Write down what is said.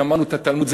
גמרנו את התלמוד,